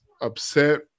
upset